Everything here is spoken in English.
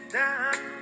down